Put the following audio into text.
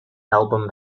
album